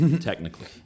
technically